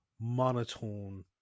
monotone